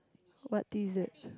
what dessert